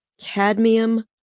cadmium